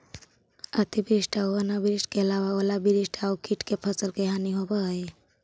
अतिवृष्टि आऊ अनावृष्टि के अलावा ओलावृष्टि आउ कीट से फसल के हानि होवऽ हइ